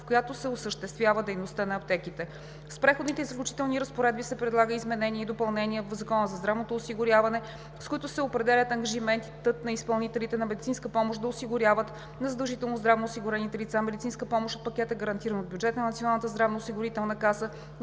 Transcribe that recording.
в която се осъществява дейността на аптеките. С Преходните и заключителните разпоредби се предлагат изменения и допълнения в Закона за здравното осигуряване, с които се определя ангажиментът на изпълнителите на медицинска помощ да осигуряват на задължително здравноосигурените лица медицинската помощ от пакета, гарантиран от бюджета на Националната здравноосигурителна каса,